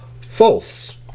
false